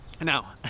now